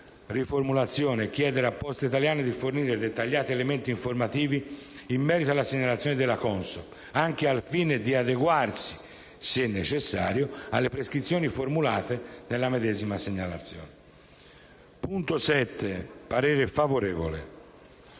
senso: «a chiedere a Poste italiane SpA di fornire dettagliati elementi informativi in merito alla segnalazione della CONSOB, anche al fine di adeguarsi, se necessario, alle prescrizioni formulate nella medesima segnalazione». Sui punti 7) e 8) esprimo parere favorevole.